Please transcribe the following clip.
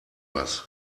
was